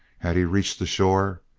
had he reached the shore?